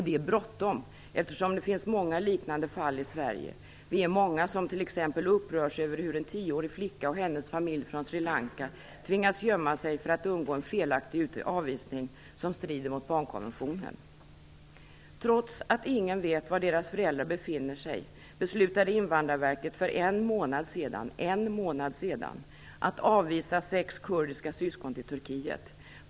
Det är bråttom, eftersom det finns många liknande fall i Sverige. Vi är många som t.ex. upprörs över hur en tioårig flicka och hennes familj från Sri Lanka tvingas gömma sig för att undgå en felaktig avvisning som strider mot barnkonventionen. Trots att ingen vet var deras föräldrar befinner sig beslutade Invandrarverket för en månad sedan att avvisa sex kurdiska syskon till Turkiet.